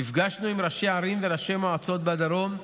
נפגשנו עם ראשי ערים וראשי מועצות בדרום,